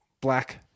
black